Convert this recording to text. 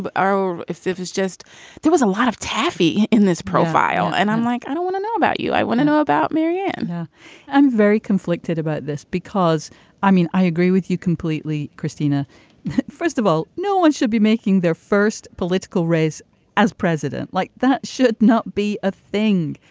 or if if it's just there was a lot of taffy in this profile and i'm like i don't want to know about you i want to know about marianne yeah i'm very conflicted about this because i mean i agree with you completely. kristina first of all no one should be making their first political raise as president like that should not be a thing.